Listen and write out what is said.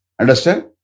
Understand